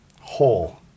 whole